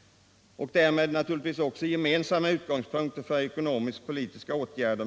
— och därmed också för regering och opposition gemensamma utgångspunkter för ekonomisk-politiska åtgärder.